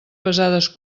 pesades